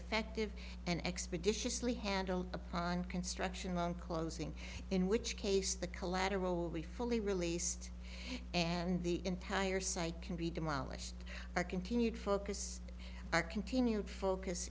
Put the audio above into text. effective and expeditiously handled upon construction on closing in which case the collateral be fully released and the entire site can be demolished our continued focus our continued focus